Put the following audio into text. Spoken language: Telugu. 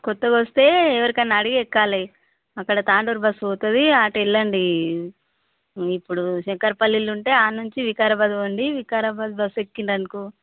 క్రొత్తగా వస్తే ఎవరికైనా అడిగి ఎక్కాలి అక్కడ తాండూరు బస్సు పోతుంది అటు వెళ్ళండి ఇప్పుడు శంకరపల్లిలో ఉంటే అక్కడ నుంచి వికారాబాద్ పోండి వికారాబాద్ బస్సు ఎక్కారు అనుకో